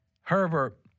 Herbert –